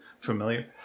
familiar